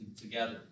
together